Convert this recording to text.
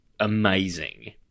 Amazing